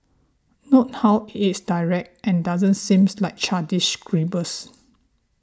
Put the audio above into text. note how it is direct and doesn't seem like childish scribbles